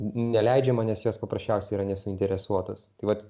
neleidžiama nes jos paprasčiausiai yra nesuinteresuotos tai vat